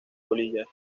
polillas